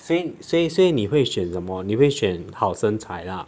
所以所以所以你会选什么你会选好身材啦